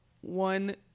one